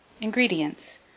ingredients